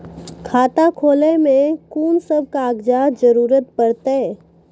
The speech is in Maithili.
खाता खोलै मे कून सब कागजात जरूरत परतै?